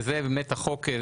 ובאמת החוק,